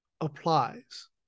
applies